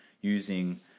using